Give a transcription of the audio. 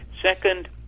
Second